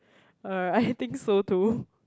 uh I think so too